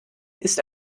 ist